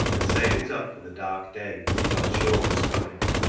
and save it up for the dark day he felt sure was coming.